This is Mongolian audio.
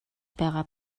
байгаа